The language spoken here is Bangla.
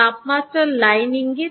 তাপমাত্রার লাইন ইঙ্গিত